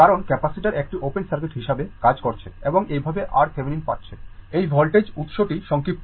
কারণ ক্যাপাসিটার একটি open circuit হিসাবে কাজ করছে এবং এইভাবে RThevenin পাচ্ছে এই voltage উৎসটি সংক্ষিপ্ত হবে